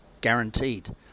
Guaranteed